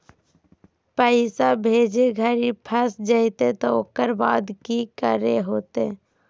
पैसा भेजे घरी फस जयते तो ओकर बाद की करे होते?